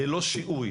ללא שיהוי.